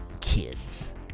kids